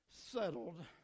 settled